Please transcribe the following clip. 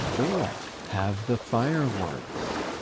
or have the fireworks?